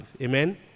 Amen